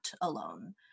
alone